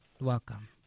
welcome